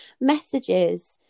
messages